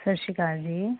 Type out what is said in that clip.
ਸਤਿ ਸ਼੍ਰੀ ਅਕਾਲ ਜੀ